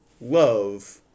love